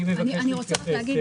אני מבקש להתייחס.